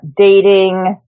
dating